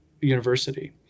University